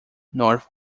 north